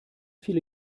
viele